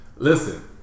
Listen